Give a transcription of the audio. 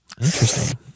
Interesting